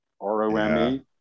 R-O-M-E